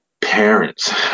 parents